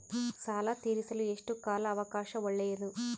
ಸಾಲ ತೇರಿಸಲು ಎಷ್ಟು ಕಾಲ ಅವಕಾಶ ಒಳ್ಳೆಯದು?